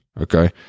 Okay